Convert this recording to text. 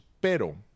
pero